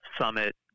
summit